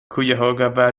cuyahoga